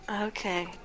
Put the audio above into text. Okay